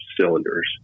cylinders